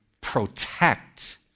protect